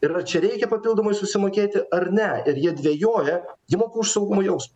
ir ar čia reikia papildomai susimokėti ar ne ir jie dvejoja jie moka už saugumo jaus